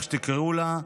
איך שתקראו לה,